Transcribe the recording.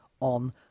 on